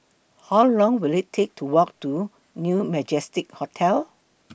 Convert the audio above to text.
How Long Will IT Take to Walk to New Majestic Hotel